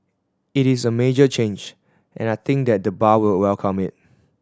it is a major change and I think that the bar will welcome it